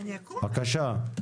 בבקשה.